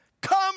Come